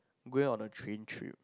going on a train trip